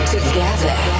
Together